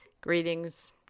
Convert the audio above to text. Greetings